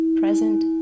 present